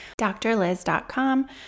drliz.com